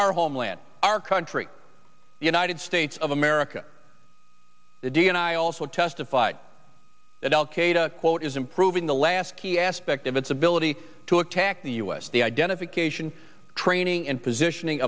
our homeland our country the united states of america the d n i also testified that al qaeda quote is improving the last key aspect of its ability to attack the us the identification training and positioning